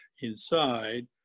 inside